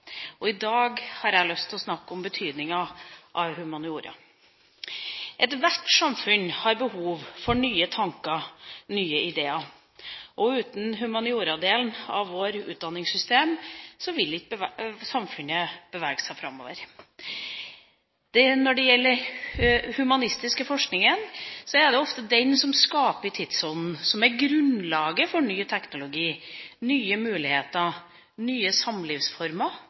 fag. I dag har jeg lyst til å snakke om betydninga av humaniora. Ethvert samfunn har behov for nye tanker og nye ideer, og uten humanioradelen i vårt utdanningssystem vil ikke samfunnet bevege seg framover. Når det gjelder den humanistiske forskninga, er det ofte den som skaper tidsånden, og som er grunnlaget for ny teknologi, nye muligheter, nye samlivsformer